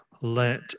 let